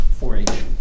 4-H